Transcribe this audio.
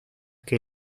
que